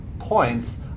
Points